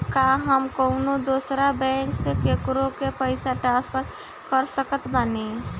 का हम कउनों दूसर बैंक से केकरों के पइसा ट्रांसफर कर सकत बानी?